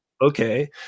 okay